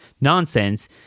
nonsense